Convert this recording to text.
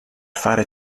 fare